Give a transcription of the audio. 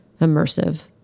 immersive